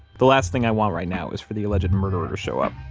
the last thing i want right now is for the alleged murderer to show up